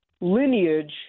lineage